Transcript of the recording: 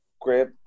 great